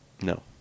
No